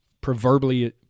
proverbially